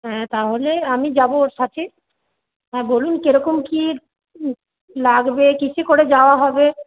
হ্যাঁ তাহলে আমি যাব ওর সাথে হ্যাঁ বলুন কেরকম কি লাগবে কিসে করে যাওয়া হবে